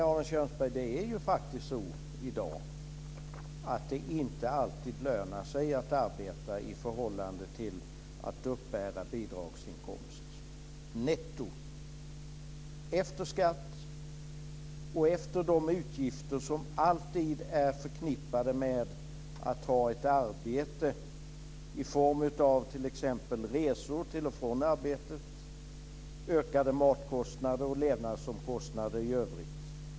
Nej, Arne Kjörnsberg, i dag är det faktiskt så att det inte alltid lönar sig netto att arbeta i förhållande till att uppbära bidragsinkomster, dvs. efter skatt och efter de utgifter som alltid är förknippade med att ha ett arbete, t.ex. resor till och från arbetet, ökade matkostnader och levnadsomkostnader i övrigt.